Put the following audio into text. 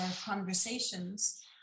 conversations